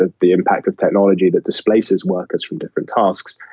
ah the impact of technology that displaces workers from different tasks.